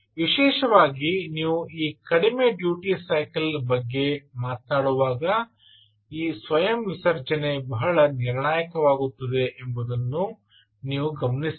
ವಿಶೇಷವಾಗಿ ನೀವು ಈ ಕಡಿಮೆ ಡ್ಯೂಟಿ ಸೈಕಲ್ ಬಗ್ಗೆ ಮಾತನಾಡುವಾಗ ಈ ಸ್ವಯಂ ವಿಸರ್ಜನೆ ಬಹಳ ನಿರ್ಣಾಯಕವಾಗುತ್ತದೆ ಎಂಬುದನ್ನು ನೀವು ಗಮನಿಸಬೇಕು